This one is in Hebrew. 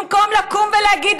במקום לקום ולהגיד,